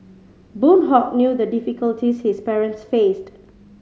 Boon Hock knew the difficulties his parents faced